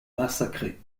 massacrées